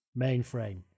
mainframe